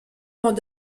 vont